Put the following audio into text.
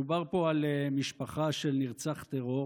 מדובר פה על משפחה של נרצח טרור,